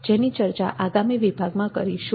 જેની ચર્ચા આગામી વિભાગમાં કરીશું